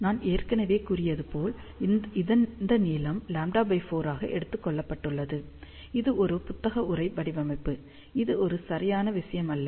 நான் ஏற்கனவே கூறியது போல் இந்த நீளம் λ4 ஆக எடுத்துக் கொள்ளப்பட்டுள்ளது இது ஒரு புத்தக உரை வடிவமைப்பு இது ஒரு சரியான விஷயம் அல்ல